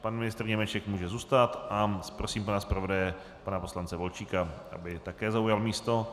Pan ministr Němeček může zůstat a prosím pana zpravodaje, pana poslance Volčíka, aby také zaujal místo.